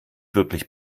wirklich